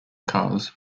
cars